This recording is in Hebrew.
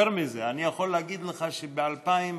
יותר מזה, אני יכול להגיד לך שב-2014